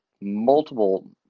multiple